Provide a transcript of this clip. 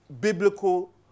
biblical